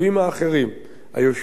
היושבים על אדמות מדינה,